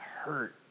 hurt